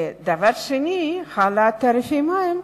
ודבר שני, העלאת תעריפי המים.